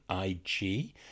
IG